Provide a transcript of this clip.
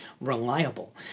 reliable